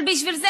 אבל בשביל זה,